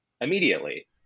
immediately